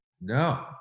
No